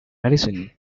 medicine